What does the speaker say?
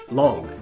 long